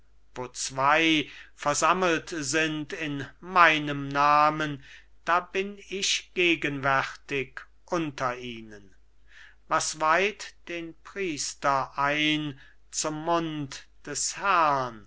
zwei versammelt sind in meinem namen da bin ich gegenwärtig unter ihnen was weiht den priester ein zum mund des herrn